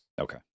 Okay